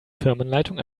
firmenleitung